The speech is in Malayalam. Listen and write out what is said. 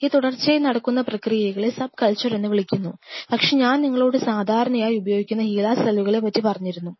ഈ തുടർച്ചയായി നടക്കുന്ന പ്രക്രിയകളെ സബ് കൾച്ചർ എന്ന് വിളിക്കുന്നു പക്ഷേ ഞാൻ നിങ്ങളോട് സാധാരണയായി ഉപയോഗിക്കുന്ന ഹീലാ സെല്ലുകളെ പറ്റി പറഞ്ഞിരുന്നു